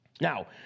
Now